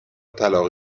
طلاق